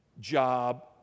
job